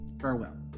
Farewell